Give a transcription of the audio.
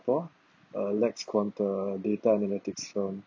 uh lex quanta a data analytics firm